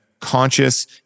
conscious